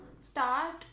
start